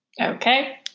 Okay